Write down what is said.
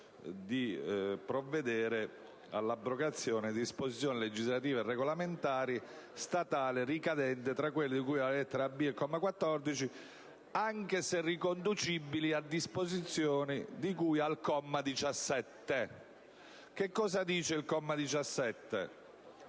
di provvedere all'abrogazione di disposizioni legislative e regolamentari statali ricadenti fra quelle di cui alle lettere *a)* e *b)* del comma 14, anche se riconducibili a disposizioni di cui al comma 17. Che cosa dice il comma 17